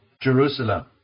Jerusalem